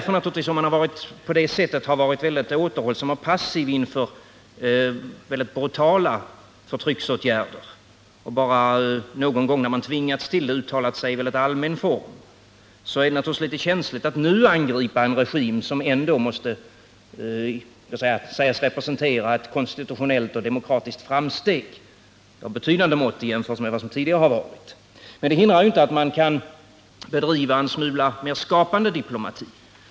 För en regering som har varit så återhållsam och passiv inför synnerligen Nr 113 brutala förtrycksåtgärder och som uttalat sig bara när den någon gång tvingats Tisdagen den till det, och då i en mycket allmän form, är det naturligtvis litet känsligt att nu 27 mars 1979 angripa en regim som väl ändå, jämfört med vad som tidigare har varit, måste anses representera ett konstitutionellt och demokratiskt framsteg av betydande mått. Men detta hindrar inte att man kan bedriva en diplomati av en något mera skapande typ.